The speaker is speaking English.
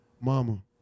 mama